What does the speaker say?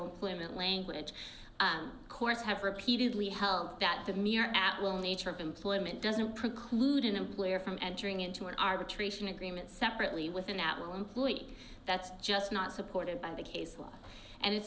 employment language course have repeatedly held that the new york at will nature of employment doesn't preclude an employer from entering into an arbitration agreement separately with an at will employee that's just not supported by the case law and it's